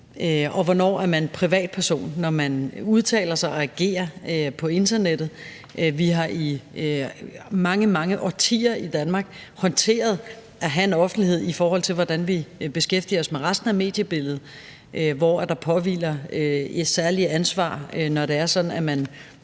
og hvornår er man privatperson, når man udtaler sig og agerer på internettet? Vi har i mange, mange årtier i Danmark håndteret at have en offentlighed, i forhold til hvordan vi beskæftiger os med resten af mediebilledet, hvor der påhviler et særligt ansvar, når det er sådan, at man